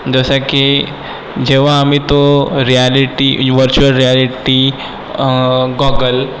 जसं की जेव्हा आम्ही तो रियालिटी व्हर्चुअल रियालिटी गॉगल